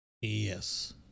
Yes